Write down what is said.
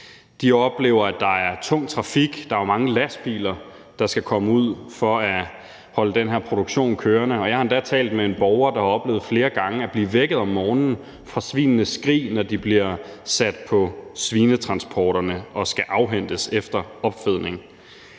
De oplever, at der er tung trafik, for der er jo mange lastbiler, der skal derud for at holde den her produktion kørende. Jeg har endda talt med en borger, der flere gange har oplevet at blive vækket om morgenen af svinenes skrig, når de bliver sat på svinetransporterne og skal afhentes efter opfedning.